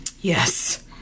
Yes